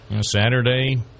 saturday